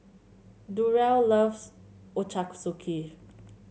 Durrell loves